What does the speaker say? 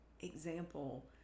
example